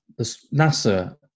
NASA